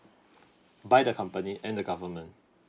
by the company and the government